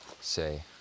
say